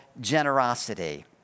generosity